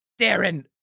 Darren